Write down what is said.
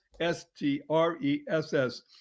S-T-R-E-S-S